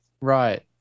right